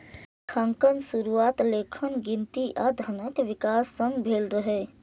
लेखांकनक शुरुआत लेखन, गिनती आ धनक विकास संग भेल रहै